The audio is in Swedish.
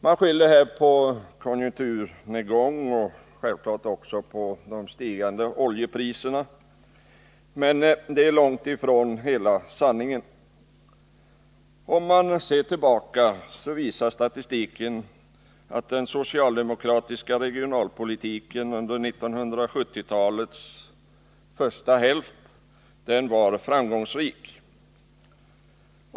Man skyller på konjukturnedgång och självklart också på de stigande oljepriserna, men det är långt ifrån hela sanningen. Om vi ser tillbaka i statistiken, finner vi att den socialdemokratiska regionalpolitiken under 1970-talets första hälft var framgångsrik.